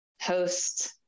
host